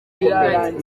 ingagi